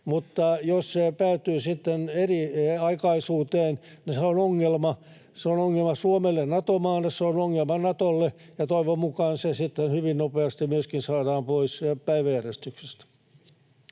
mutta jos se päätyy sitten eriaikaisuuteen, niin se on ongelma. Se on ongelma Suomelle Nato-maana, se on ongelma Natolle, ja toivon mukaan se sitten hyvin nopeasti myöskin saadaan pois päiväjärjestyksestä.